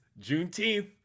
juneteenth